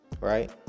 Right